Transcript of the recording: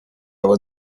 was